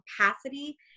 capacity